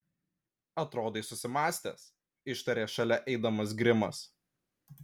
atrodai susimąstęs ištarė šalia eidamas grimas